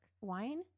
Wine